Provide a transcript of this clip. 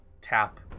tap